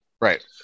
Right